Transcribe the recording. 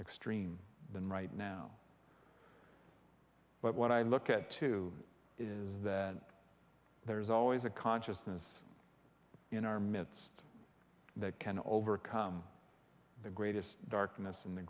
extreme than right now but what i look at too is that there is always a consciousness in our midst that can overcome the greatest darkness and the